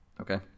Okay